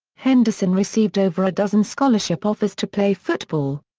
henderson received over a dozen scholarship offers to play football.